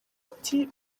ati